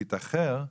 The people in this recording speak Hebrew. תתאחר,